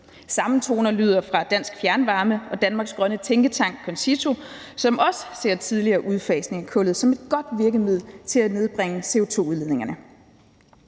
Samme toner lyder fra Dansk Fjernvarme og Danmarks grønne tænketank CONCITO, som også ser tidligere udfasning af kullet som et godt virkemiddel til at nedbringe CO2-udledningerne.